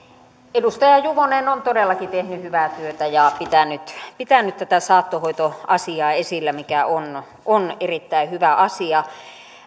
edustaja juvonen on todellakin tehnyt hyvää työtä ja pitänyt tätä saattohoitoasiaa esillä mikä on on erittäin hyvä asia